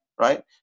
right